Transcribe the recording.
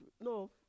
no